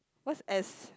what's S